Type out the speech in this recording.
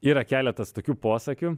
yra keletas tokių posakių